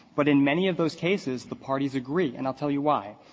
but in many of those cases, the parties agree, and i'll tell you why.